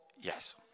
Yes